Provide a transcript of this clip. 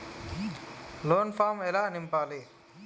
Loan form ఎలా నింపాలి?